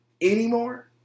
anymore